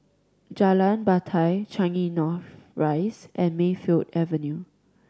Jalan Batai Changi North Rise and Mayfield Avenue